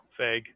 Fag